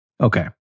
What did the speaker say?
Okay